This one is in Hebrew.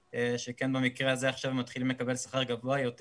שכן במקרה הזה עכשיו הם מתחילים לקבל שכר גבוה יותר